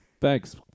Thanks